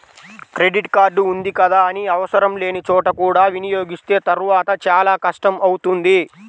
credit card ఉంది కదా అని ఆవసరం లేని చోట కూడా వినియోగిస్తే తర్వాత చాలా కష్టం అవుతుంది